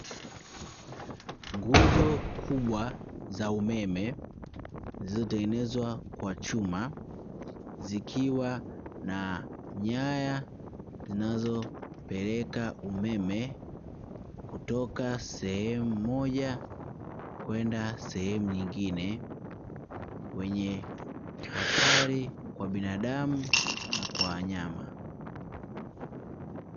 Nguzo kubwa za umeme zilizotengenezwa kwa chuma zikiwa na nyaya zinazopeleka umeme, kutoka sehemu moja kwenda sehemu nyingine wenye hatari kwa binadamu na kwa wanyama.